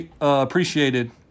appreciated